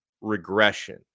regression